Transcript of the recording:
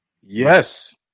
Yes